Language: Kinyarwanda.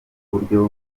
buryo